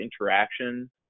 interaction